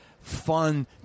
Fun